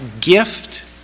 gift